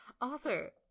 Arthur